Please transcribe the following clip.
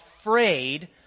afraid